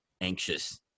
anxious